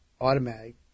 automatic